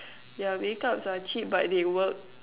yeah make ups are cheap but they work